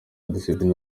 discipline